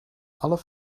alle